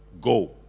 Go